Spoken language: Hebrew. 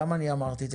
למה אני אמרתי את זה?